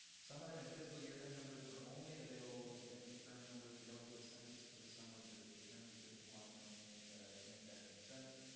summer and fiscal year end numbers are only available as end of term numbers. we don't do a census for the summer. the the term just isn't long enough to make ah to make that make sense.